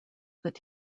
that